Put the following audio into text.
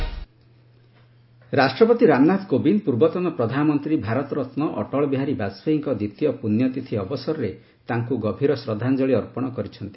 ବାଜପେୟୀ ଶ୍ରାଦ୍ଧ ଦିବସ ରାଷ୍ଟ୍ରପତି ରାମନାଥ କୋବିନ୍ଦ ପୂର୍ବତନ ପ୍ରଧାନମନ୍ତ୍ରୀ ଭାରତରତ୍ ଅଟଳ ବିହାରୀ ବାଜପେୟୀଙ୍କ ଦ୍ୱିତୀୟ ପୁଣ୍ୟତିଥି ଅବସରରେ ତାଙ୍କୁ ଗଭୀର ଶ୍ରଦ୍ଧାଞ୍ଜଳି ଅର୍ପଣ କରିଛନ୍ତି